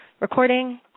recording